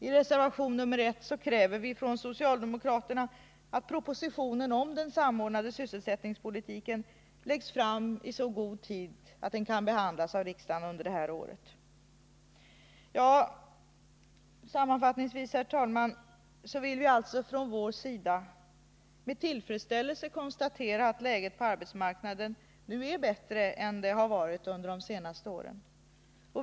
I reservation nr 1 kräver socialdemokraterna att propositionen om den samordnade sysselsättningspolitiken läggs fram i så god tid att den kan behandlas av riksdagen under det här året. Sammanfattningsvis, herr talman, vill vi från vår sida med tillfredsställelse konstatera att läget på arbetsmarknaden nu är bättre än vad det har varit under de senaste åren.